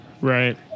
Right